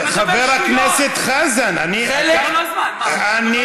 חבר הכנסת חזן, עבר לו הזמן, מה זה?